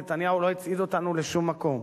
נתניהו לא הצעיד אותנו לשום מקום.